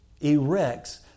erects